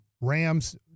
Rams